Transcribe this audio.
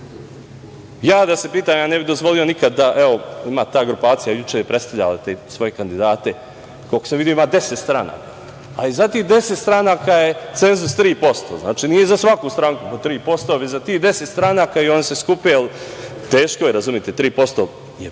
Ja da se pitam, ja ne bi dozvolio nikad, evo, ima ta grupacija, juče je predstavljala te svoje kandidate, koliko sam video ima deset stranaka. Za tih deset stranaka je cenzus 3%, nije za svaku stranku po 3%, već za tih stranaka i oni se skupe. Teško je, razumite, 3% je velika